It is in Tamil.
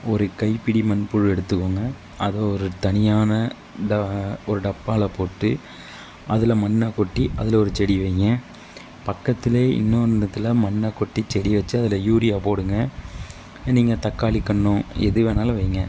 ஒரு கைப்பிடி மண்புழு எடுத்துகோங்க அத ஒரு தனியான ஒரு டப்பாவில் போட்டு அதில் மண்ணை கொட்டி அதில் ஒரு செடியை வையுங்க பக்கத்துலேயே இன்னொன்னுத்தில் மண்ணை கொட்டி செடி வச்சு அதில் யூரியா போடுங்கள் நீங்கள் தக்காளி கன்றோ எதுவேணாலும் வையுங்க